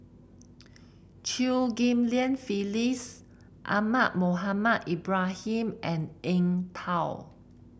Chew Ghim Lian Phyllis Ahmad Mohamed Ibrahim and Eng Tow